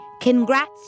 congrats